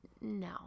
No